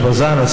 של בז"ן,